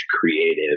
creative